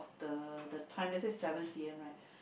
the the time let's say seven P_M right